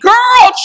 Girl